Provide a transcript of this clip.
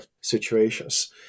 situations